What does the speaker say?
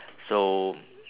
so